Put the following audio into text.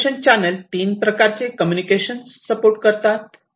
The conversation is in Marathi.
कम्युनिकेशन चॅनेल तीन प्रकारचे कम्युनिकेशन सपोर्ट करतात